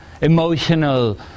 emotional